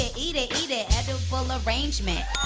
it, eat it, eat it edible arrangement